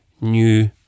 new